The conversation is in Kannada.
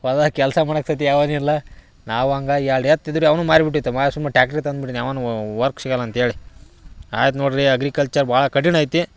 ಹೊಲ್ದಾಗ ಕೆಲಸ ಮಾಡೋಕೆ ಸತೆ ಯಾವನೂ ಇಲ್ಲ ನಾವು ಹಂಗಾಗಿ ಎರಡು ಎತ್ತು ಇದ್ದವು ರೀ ಅವನ್ನು ಮಾರಿಬಿಟ್ಟೈತ ಮಾರಿ ಸುಮ್ಮ ಟ್ರಾಕ್ಟ್ರಿ ತಂದ್ಬಿಟ್ಟೀನಿ ಯಾವೂ ವರ್ಕ್ ಸಿಗೋಲ್ಲ ಅಂಥೇಳಿ ಆಯ್ತು ನೋಡಿರಿ ಅಗ್ರಿಕಲ್ಚರ್ ಭಾಳ ಕಠಿಣ ಐತಿ